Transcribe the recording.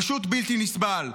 פשוט בלתי נסבל.